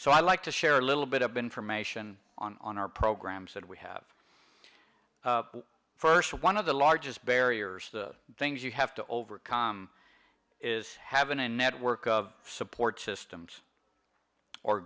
so i'd like to share a little bit up information on our programs that we have first one of the largest barriers the things you have to overcome is have a network of support systems or